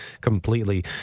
completely